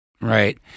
Right